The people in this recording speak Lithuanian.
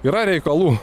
yra reikalų